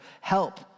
help